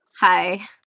hi